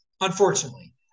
Unfortunately